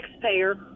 taxpayer